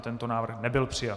Tento návrh nebyl přijat.